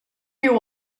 you